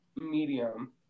medium